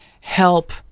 help